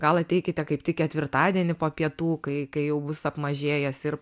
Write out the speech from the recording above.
gal ateikite kaip tik ketvirtadienį po pietų kai kai jau bus apmažėjęs ir